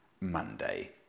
monday